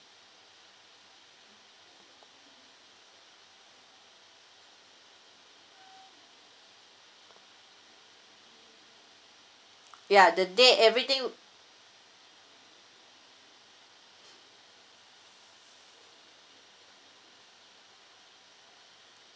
ya the date everything